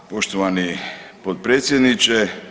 Poštovani potpredsjedniče.